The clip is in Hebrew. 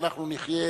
ואנחנו נחיה,